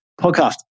podcast